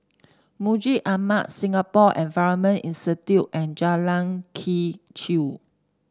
Masjid Ahmad Singapore Environment Institute and Jalan Quee Chew